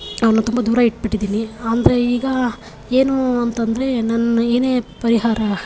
ಅವ್ರನ್ನು ತುಂಬ ದೂರ ಇಟ್ಬಿಟ್ಟಿದೀನಿ ಅಂದರೆ ಈಗ ಏನು ಅಂತಂದರೆ ನಾನ್ ಏನೇ ಪರಿಹಾರ